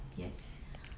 yes